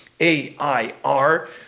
A-I-R